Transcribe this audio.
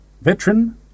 veteran